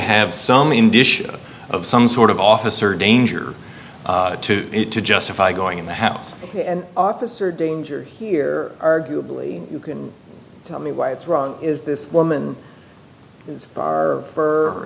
have some indicia of some sort of officer danger to it to justify going in the house and officer danger here arguably you can tell me why it's wrong is this woman